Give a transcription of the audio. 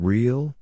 Real